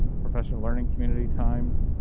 professional learning community times.